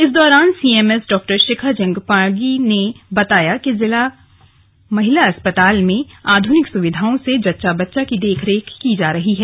इस दौरान सीएमएस डॉ शिखा जंगपागी ने बताया कि जिला महिला अस्पताल में आधुनिक सुविधाओं से जच्चा बच्चा की देखरेख की जा रही है